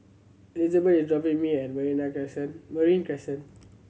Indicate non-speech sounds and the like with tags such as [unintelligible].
Elizabeth is dropping me at [unintelligible] Crescent Marine Crescent